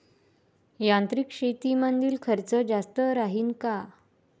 यांत्रिक शेतीमंदील खर्च जास्त राहीन का?